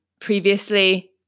previously